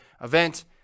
event